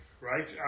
Right